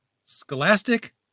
Scholastic